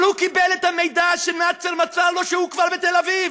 אבל הוא קיבל את המידע שנאצר מסר לו שהוא כבר בתל-אביב.